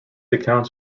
accounts